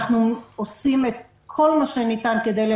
אנחנו עושים את כל מה ניתן כדי למגן.